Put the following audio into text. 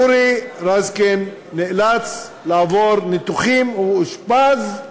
אורי רזקן נאלץ לעבור ניתוחים, הוא אושפז,